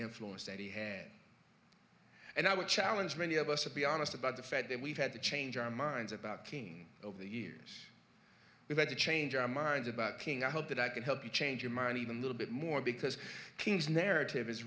influence that he had and i would challenge many of us to be honest about the fact that we've had to change our minds about team over the years we've had to change our minds about king i hope that i can help you change your mind even a little bit more because king's narrative is